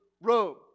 Rome